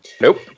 Nope